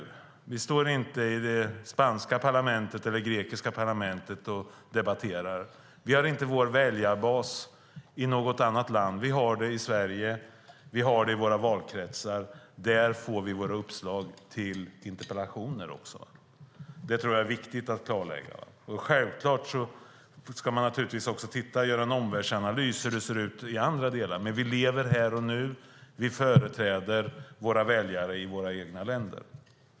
Vi står inte i det spanska eller grekiska parlamentet och debatterar. Vi har inte vår väljarbas i något annat land, vi har den i Sverige och i våra valkretsar. Där får vi också våra uppslag till interpellationer. Det tror jag är viktigt att klarlägga. Självklart ska man göra en omvärldsanalys och se hur det ser ut i andra delar. Men vi lever här och nu, och vi företräder våra väljare i vårt eget land.